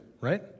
right